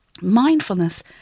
mindfulness